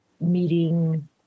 meeting